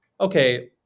okay